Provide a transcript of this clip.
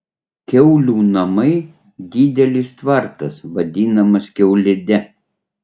kiaulių namai didelis tvartas vadinamas kiaulide